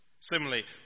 Similarly